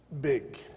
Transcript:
big